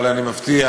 אבל אני מבטיח,